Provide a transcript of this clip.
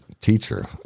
teacher